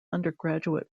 undergraduate